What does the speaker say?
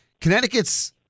Connecticut's